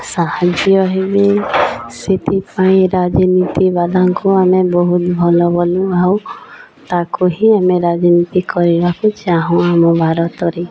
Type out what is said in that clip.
ସାହାଯ୍ୟ ହେବି ସେଥିପାଇଁ ରାଜନୀତି ବାଲାଙ୍କୁ ଆମେ ବହୁତ ଭଲ ବୋଲୁ ଆଉ ତାକୁ ହିଁ ଆମେ ରାଜନୀତି କରିବାକୁ ଚାହୁଁ ଆମ ଭାରତରେ